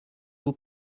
vous